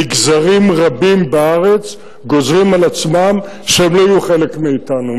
מגזרים רבים בארץ גוזרים על עצמם שהם לא יהיו חלק מאתנו,